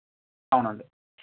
అవునండి